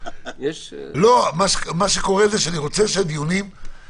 אני רוצה שהדיונים יהיו תכליתיים.